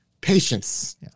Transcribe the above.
patience